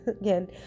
again